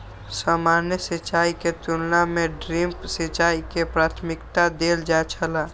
सामान्य सिंचाई के तुलना में ड्रिप सिंचाई के प्राथमिकता देल जाय छला